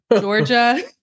Georgia